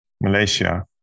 Malaysia